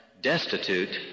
destitute